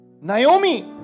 Naomi